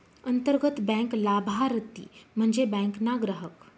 अंतर्गत बँक लाभारती म्हन्जे बँक ना ग्राहक